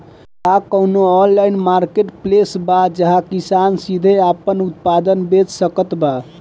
का कउनों online marketplace बा जहां किसान सीधे आपन उत्पाद बेच सकत बा?